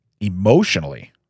emotionally